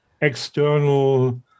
external